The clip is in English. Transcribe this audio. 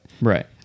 Right